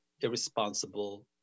irresponsible